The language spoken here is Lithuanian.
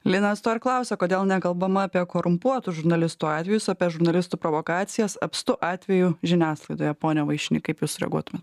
linas to ir klausia kodėl nekalbama apie korumpuotų žurnalistų atvejus o apie žurnalistų provokacijas apstu atvejų žiniasklaidoje pone vaišny kaip jūs reaguotumė